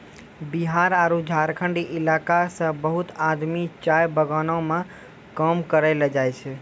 बिहार आरो झारखंड इलाका सॅ बहुत आदमी चाय बगानों मॅ काम करै ल जाय छै